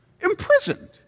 Imprisoned